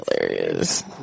hilarious